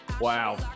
Wow